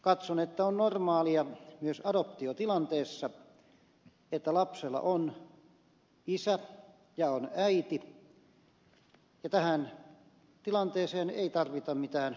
katson että on normaalia myös adoptiotilanteessa että lapsella on isä ja on äiti ja tähän tilanteeseen ei tarvita mitään muutoksia